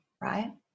right